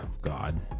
God